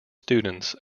students